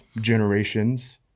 generations